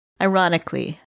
Ironically